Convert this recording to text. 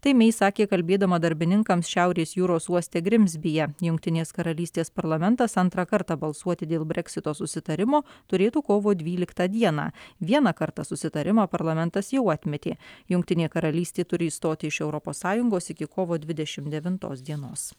tai mei sakė kalbėdama darbininkams šiaurės jūros uoste grimzbyje jungtinės karalystės parlamentas antrą kartą balsuoti dėl brexito susitarimo turėtų kovo dvyliktą dieną vieną kartą susitarimą parlamentas jau atmetė jungtinė karalystė turi išstoti iš europos sąjungos iki kovo dvidešimt devintos dienos